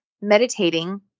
meditating